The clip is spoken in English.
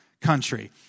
country